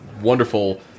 wonderful